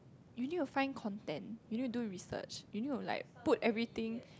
you need to find content you need to do research you need like to put everything